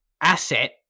asset